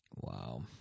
Wow